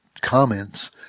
comments